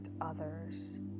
others